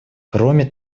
кроме